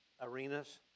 arenas